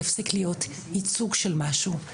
יפסיק להיות ייצוג של משהו,